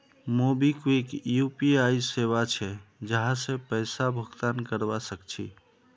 MobiKwik UPI सेवा छे जहासे पैसा भुगतान करवा सक छी